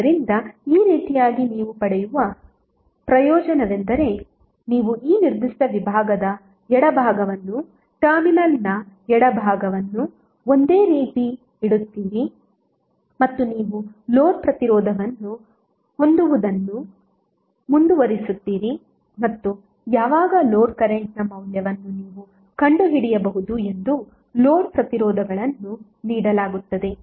ಆದ್ದರಿಂದ ಈ ರೀತಿಯಾಗಿ ನೀವು ಪಡೆಯುವ ಪ್ರಯೋಜನವೆಂದರೆ ನೀವು ಈ ನಿರ್ದಿಷ್ಟ ವಿಭಾಗದ ಎಡಭಾಗವನ್ನು ಟರ್ಮಿನಲ್ನ ಎಡಭಾಗವನ್ನು ಒಂದೇ ರೀತಿ ಇಡುತ್ತೀರಿ ಮತ್ತು ನೀವು ಲೋಡ್ ಪ್ರತಿರೋಧವನ್ನು ಹೊಂದುವುದನ್ನು ಮುಂದುವರಿಸುತ್ತೀರಿ ಮತ್ತು ಯಾವಾಗ ಲೋಡ್ ಕರೆಂಟ್ ನ ಮೌಲ್ಯವನ್ನು ನೀವು ಕಂಡುಹಿಡಿಯಬಹುದು ವಿವಿಧ ಲೋಡ್ ಪ್ರತಿರೋಧಗಳನ್ನು ನೀಡಲಾಗುತ್ತದೆ